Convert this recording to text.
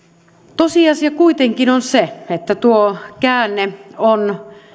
tosiasia kuitenkin on se että tuo käänne on